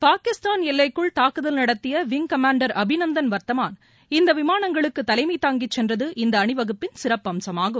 பாகிஸ்தான் எல்லைக்குள் தாக்குதல் நடத்திய விங் கமான்டர் அபிநந்தன் வர்தமான் இந்த விமானங்களுக்கு தலைமை தாங்கி சென்றது இந்த அணி வகுப்பின் சிறப்பு அம்சமாகும்